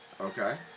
okay